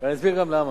אני אסביר גם למה.